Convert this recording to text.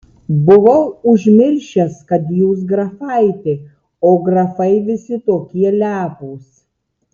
buvau užmiršęs kad jūs grafaitė o grafai visi tokie lepūs